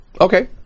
okay